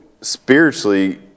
spiritually